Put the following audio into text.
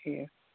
ٹھیٖک